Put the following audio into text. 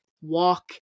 Walk